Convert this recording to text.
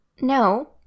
No